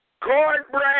Cornbread